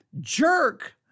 jerk